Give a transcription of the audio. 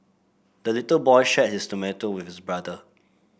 the little boy shared his tomato with his brother